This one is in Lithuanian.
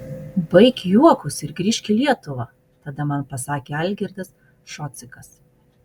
baik juokus ir grįžk į lietuvą tada man pasakė algirdas šocikas